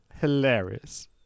hilarious